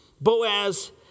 Boaz